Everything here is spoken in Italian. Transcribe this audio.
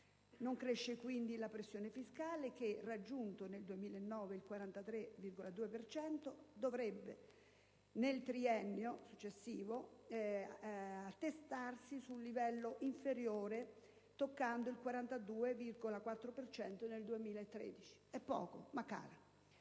Non cresce quindi la pressione fiscale, che ha raggiunto nel 2009 il 43,2 per cento e dovrebbe nel triennio successivo attestarsi su un livello inferiore, toccando il 42,4 per cento nel 2013: di poco, ma cala.